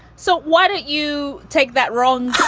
so why don't you take that wrong?